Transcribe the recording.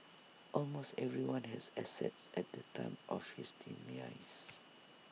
almost everyone has assets at the time of his demise